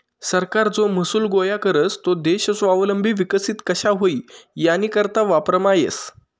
सरकार जो महसूल गोया करस तो देश स्वावलंबी विकसित कशा व्हई यानीकरता वापरमा येस